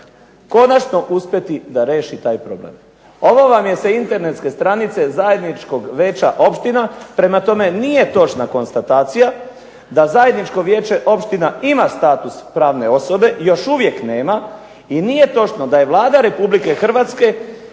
konačno uspeti da reši taj problem". Ovo vam je sa internetske stranice zajedničkog veća opština, prema tome nije točna konstatacija da zajedničko veće opština ima pravo pravne osobe i još uvijek nema i nije točno da je Vlada Republike Hrvatske